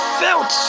felt